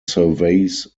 surveys